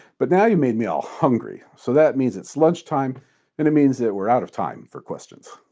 but now you've made me all hungry, so that means it's lunch time and it means that we're out of time for questions.